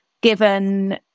given